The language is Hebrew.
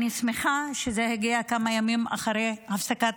אני שמחה שזה הגיע כמה ימים אחרי הפסקת